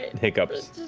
hiccups